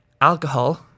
alcohol